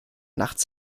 nachts